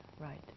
right